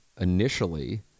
initially